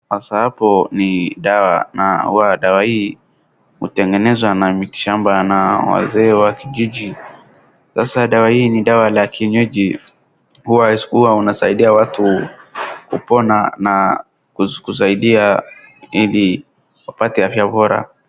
Sasa hapo ni dawa na dawa hii hutengeza na miti shamba na wazee wakijiji. Sasa dawa hii ni dawa la kienyeji huwa unasaidia watu kupona na kusaidia ili wapate afya bora.